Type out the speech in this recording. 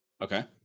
Okay